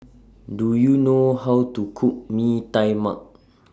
Do YOU know How to Cook Mee Tai Mak